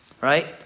right